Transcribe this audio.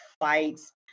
fights